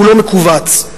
כולו מכווץ.